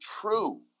true